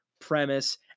premise